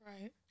Right